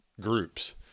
groups